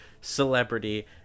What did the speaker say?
celebrity